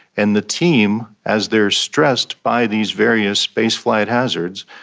and the team, as they are stressed by these various spaceflight hazards,